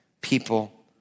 people